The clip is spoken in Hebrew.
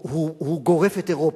הוא גורף את אירופה,